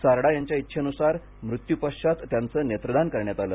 सारडा यांच्या इच्छेन्सार मृत्युपश्चात त्यांचं नेत्रदान करण्यात आलं